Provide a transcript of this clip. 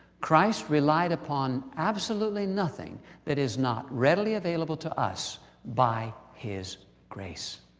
christ relied upon absolutely nothing that is not readily available to us by his grace.